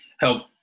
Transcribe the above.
help